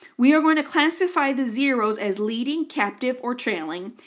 we are going to classify the zeroes as leading, captive, or trailing,